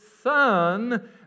Son